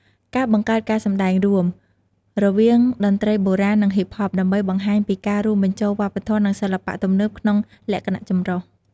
ការបង្កើតការសម្តែងរួម រវាងតន្ត្រីបុរាណ និងហ៊ីបហប ដើម្បីបង្ហាញពីការរួមបញ្ចូលវប្បធម៌ និងសិល្បៈទំនើបក្នុងលក្ខណៈចម្រុះ។